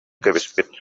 кэбиспит